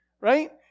Right